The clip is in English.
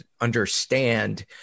understand